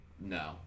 no